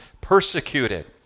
persecuted